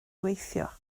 weithio